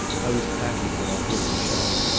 i was packing when i heard the shot.